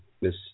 Miss